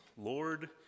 Lord